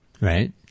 Right